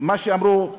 מה שאמרו,